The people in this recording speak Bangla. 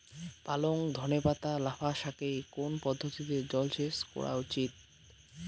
পালং ধনে পাতা লাফা শাকে কোন পদ্ধতিতে জল সেচ করা উচিৎ?